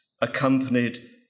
accompanied